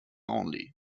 only